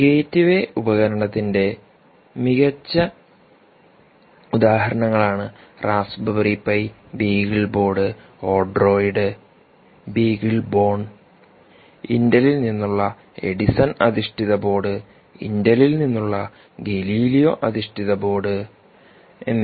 ഗേറ്റ്വേഉപകരണത്തിന്റെ മികച്ച ഉദാഹരണങ്ങൾ ആണ് Raspberry Pi BeagleBoard Odroid BeagleBone ഇന്റലിൽ നിന്നുള്ള എഡിസൺ അധിഷ്ഠിത ബോർഡ് ഇന്റലിൽ നിന്നുള്ള ഗലീലിയോഅധിഷ്ഠിത ബോർഡ് എന്നിവ